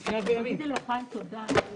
תודה רבה.